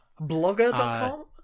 Blogger.com